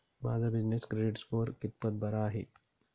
माझा business credit score कितपत बरा आहे?